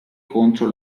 contro